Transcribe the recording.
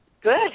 Good